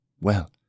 Well